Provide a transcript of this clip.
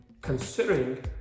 considering